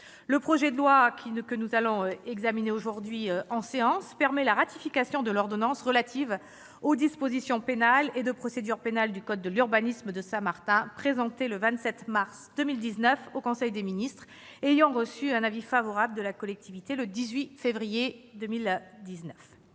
Le projet de loi qui est examiné aujourd'hui permet la ratification de l'ordonnance relative aux dispositions pénales et de procédure pénale du code de l'urbanisme de Saint-Martin présentée le 27 mars 2019 en conseil des ministres et ayant reçu un avis favorable de la collectivité le 18 février 2019.